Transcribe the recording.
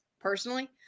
personally